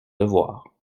devoir